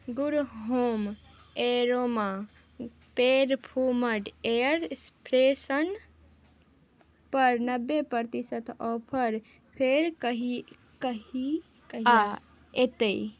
good home aroma perfume air फ्रेशनरपर नब्बे प्रतिशत ऑफर फेर कहि कहि कहिआ अएतै